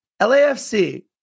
LAFC